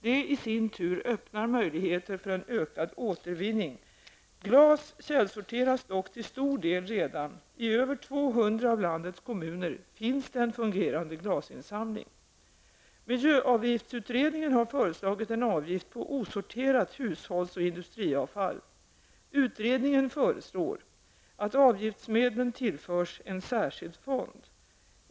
Det i sin tur öppnar möjligheter för en ökad återvinning. Glas källsorteras dock till stor del redan. I över 200 av landets kommuner finns det en fungerande glasinsamling. Miljöavgiftsutredningen har föreslagit en avgift på osorterat hushålls och industriavfall. Utredningen föreslår att avgiftsmedlen tillförs en särskild fond.